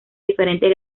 diferentes